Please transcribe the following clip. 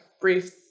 brief